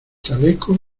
chaleco